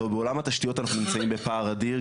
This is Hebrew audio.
אבל בעולם התשתיות אנחנו נמצאים בפער אדיר,